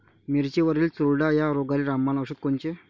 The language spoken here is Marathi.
मिरचीवरील चुरडा या रोगाले रामबाण औषध कोनचे?